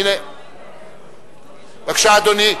בבקשה, אדוני.